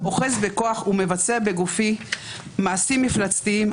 אוחז בכוח ומבצע בגופי מעשים מפלצתיים,